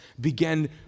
began